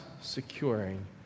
securing